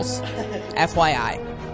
FYI